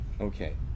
Okay